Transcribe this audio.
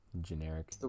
generic